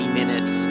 minutes